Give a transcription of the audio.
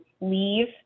leave